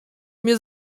mnie